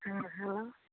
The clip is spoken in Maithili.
हँ हँ